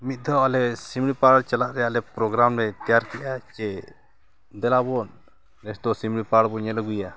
ᱢᱤᱫ ᱫᱷᱟᱣ ᱟᱞᱮ ᱥᱤᱢᱲᱤ ᱯᱟᱲ ᱪᱟᱞᱟᱜ ᱨᱮ ᱟᱞᱮ ᱯᱨᱳᱜᱨᱟᱢ ᱞᱮ ᱛᱮᱭᱟᱨ ᱠᱮᱜᱼᱟ ᱡᱮ ᱫᱮᱞᱟᱵᱚᱱ ᱱᱮᱥ ᱫᱚ ᱥᱤᱢᱲᱤ ᱯᱟᱲ ᱵᱚᱱ ᱧᱮᱞ ᱟᱹᱜᱩᱭᱟ